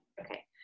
Okay